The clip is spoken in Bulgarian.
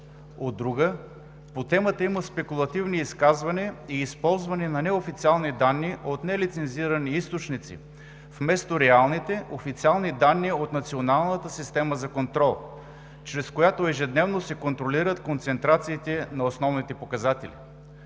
от друга – по темата има спекулативни изказвания и използване на неофициални данни от нелицензирани източници, вместо реалните, официални данни от Националната система за контрол, чрез която ежедневно се контролират концентрациите на основните показатели.